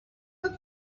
faso